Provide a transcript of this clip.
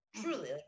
truly